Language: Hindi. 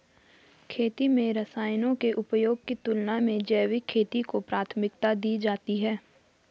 खेती में रसायनों के उपयोग की तुलना में जैविक खेती को प्राथमिकता दी जाती है